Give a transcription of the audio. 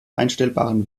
einstellbaren